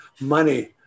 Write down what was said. money